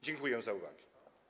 Dziękuję za uwagę.